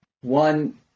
One